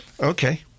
Okay